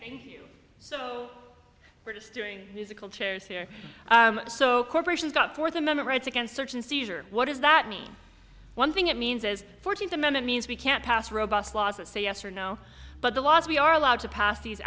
ok so we're just doing musical chairs here so corporations got for the moment rights against search and seizure what does that mean one thing it means is fourteenth amendment means we can't pass robust laws that say yes or no but the laws we are allowed to pass these